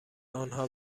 آنها